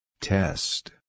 Test